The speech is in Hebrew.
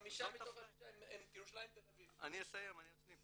אני נראה